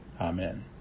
Amen